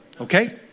Okay